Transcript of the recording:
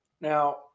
Now